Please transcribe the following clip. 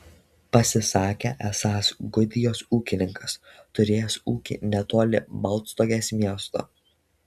pasisakė esąs gudijos ūkininkas turėjęs ūkį netoli baltstogės miesto